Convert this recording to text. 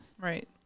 Right